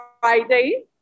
Friday